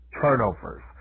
turnovers